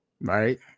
right